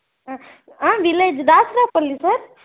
village Dasarapalli sir